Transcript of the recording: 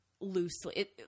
loosely